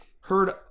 heard